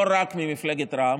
לא רק ממפלגת רע"מ,